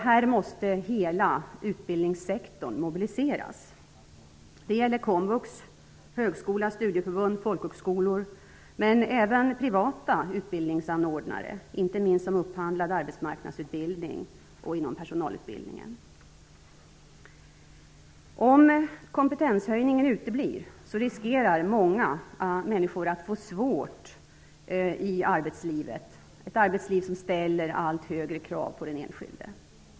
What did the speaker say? Här måste hela utbildningssektorn mobiliseras. Det gäller komvux, högskola, studieförbund, folkhögskolor men även privata utbildningsanordnare, inte minst som upphandlad arbetsmarknadsutbildning och inom personalutbildning. Om kompetenshöjningen uteblir riskerar många människor att få det svårt i arbetslivet, ett arbetsliv som ställer allt högre krav på den enskilde.